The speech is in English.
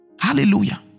Hallelujah